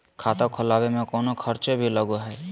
खाता खोलावे में कौनो खर्चा भी लगो है?